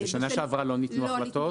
בשנה שעברה לא ניתנו החלטות?